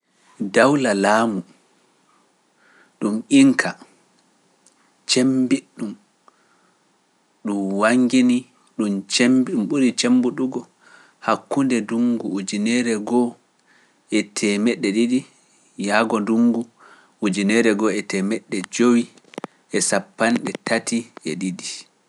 Dawla laamu ɗum Inka cemmbiɗɗum ɗum wannginii, ɗum cemmb- ɗum ɓuri cemmbiɗugo hakkunde ndunngu ujineere go'o e teemeɗɗe ɗiɗi yahgo ndunngu ujineere go'o e teemeɗɗe jowi e sappanɗe tati e ɗiɗi.